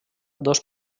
dos